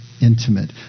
intimate